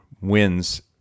wins